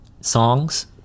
songs